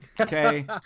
Okay